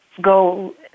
go